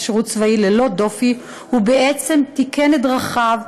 שירות צבאי ללא דופי הוא בעצם תיקן את דרכיו,